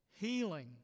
Healing